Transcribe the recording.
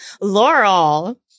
Laurel